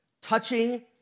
touching